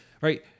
right